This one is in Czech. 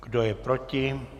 Kdo je proti?